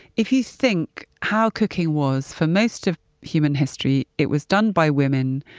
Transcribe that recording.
if you think how cooking was for most of human history, it was done by women.